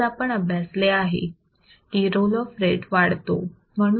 हेच आपण अभ्यासले आहे की रोल ऑफ रेट वाढतो